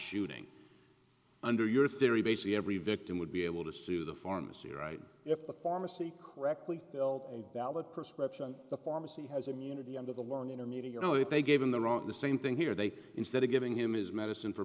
shooting under your theory basically every victim would be able to sue the pharmacy right if the pharmacy correctly filled a valid prescription the pharmacy has immunity under the warning or needle you know if they gave him the wrong the same thing here they instead of giving him his medicine for